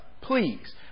Please